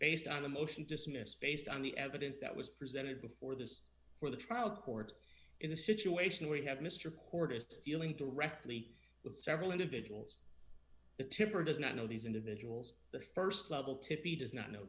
based on a motion dismissed based on the evidence that was presented before this for the trial court is a situation where you have mr porter is dealing directly with several individuals that tipper does not know these individuals the st level to be does not know